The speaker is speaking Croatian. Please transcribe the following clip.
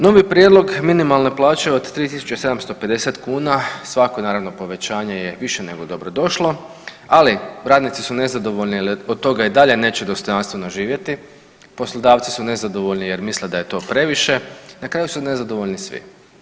Novi prijedlog minimalne plaće od 3.570 kuna svako naravno povećanje je više nego dobrodošlo, ali radnici su nezadovoljni jel od toga i dalje neće dostojanstveno živjeti, poslodavci su nezadovoljni jer misle da je to previše, na kraju su nezadovoljni svi.